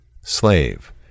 Slave